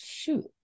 shoot